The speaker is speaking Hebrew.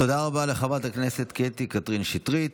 תודה רבה לחברת הכנסת קטי קטרין שטרית.